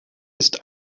ist